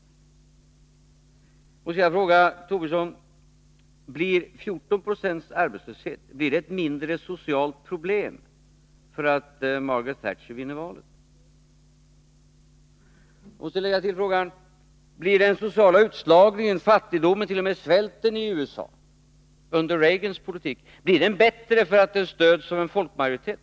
Jag måste då fråga: Blir 14 96 arbetslöshet ett mindre socialt problem, om Margret Thatcher vinner valet? Blir den sociala utslagningen, fattigdomen och t.o.m. svälten i USA under Reagans politik bättre, om den stöds av en folkmajoritet?